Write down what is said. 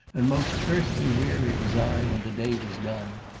and most earthly weary was i when the day was done,